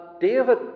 David